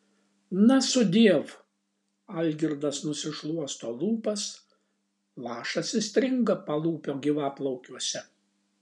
na sudiev algirdas nusišluosto lūpas lašas įstringa palūpio gyvaplaukiuose